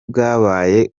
bwabaye